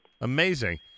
Amazing